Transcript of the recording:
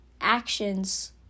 actions